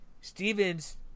Stevens –